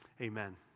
amen